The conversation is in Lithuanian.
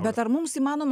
bet ar mums įmanoma